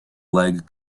leg